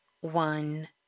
one